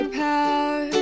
power